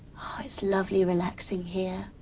it's lovely relaxing here.